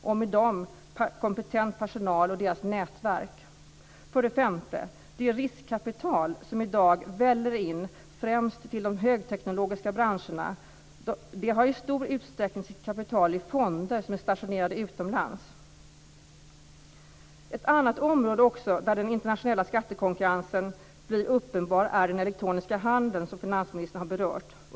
Med dem flyttar också kompetent personal och deras nätverk. För det femte finns det riskkapital som i dag väller in främst till de högteknologiska branscherna i stor utsträckning i fonder som är stationerade utomlands. Ett annat område där den internationella skattekonkurrensen blir uppenbar är den elektroniska handeln, som finansministern har berört.